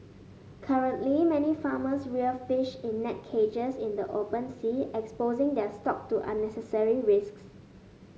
currently many farmers rear fish in net cages in the open sea exposing their stock to unnecessary risks